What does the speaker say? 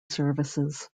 services